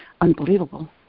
unbelievable